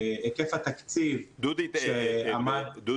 היקף התקציב -- דודי,